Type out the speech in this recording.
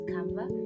Canva